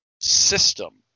system